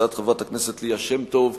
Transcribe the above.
הצעת חברת הכנסת ליה שמטוב,